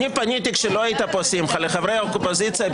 אני פניתי כשלא היית פה, שמחה, לחברי האופוזיציה.